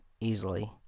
easily